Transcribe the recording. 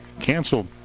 canceled